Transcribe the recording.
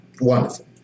Wonderful